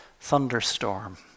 thunderstorm